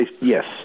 Yes